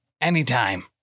Anytime